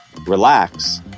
Relax